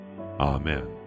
Amen